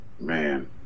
man